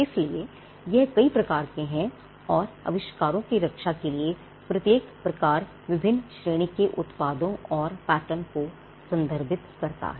इसलिए यह कई प्रकार के हैं और अविष्कारों की रक्षा के लिए प्रत्येक प्रकार विभिन्न श्रेणी के उत्पादों और पैटर्न को संदर्भित करता है